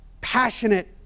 passionate